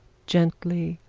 gently,